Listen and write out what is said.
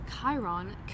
Chiron